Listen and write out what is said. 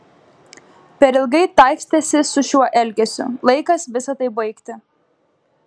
per ilgai taikstėsi su šiuo elgesiu laikas visa tai baigti